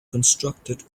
constructed